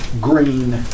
green